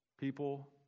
People